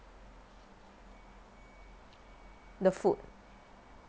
the food